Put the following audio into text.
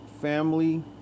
family